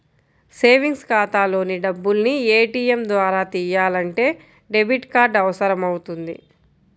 savings ఖాతాలోని డబ్బుల్ని ATM ద్వారా తియ్యాలంటే డెబిట్ కార్డు అవసరమవుతుంది